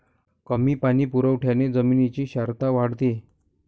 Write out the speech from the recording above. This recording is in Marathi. कमी पाणी पुरवठ्याने जमिनीची क्षारता वाढते